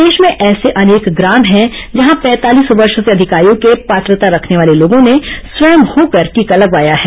प्रदेश में ऐसे अनेक ग्राम है जहां पैंतालीस वर्ष से अधिक आयु के पात्रता रखने वाले लोगों ने स्वयं होकर टीका लगवाया है